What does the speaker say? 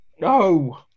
No